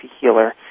healer